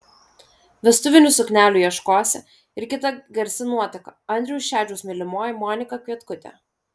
vestuvinių suknelių ieškosi ir kita garsi nuotaka andriaus šedžiaus mylimoji monika kvietkutė